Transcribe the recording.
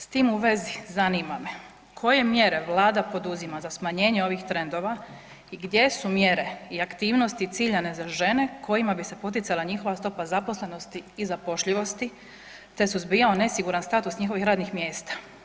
S tim u vezi zanima me koje mjere vlada poduzima za smanjenje ovih trendova i gdje su mjere i aktivnosti ciljane za žene kojima bi se poticala njihova stopa zaposlenosti i zapošljivosti, te suzbijao nesiguran status njihovih radnih mjesta?